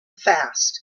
fast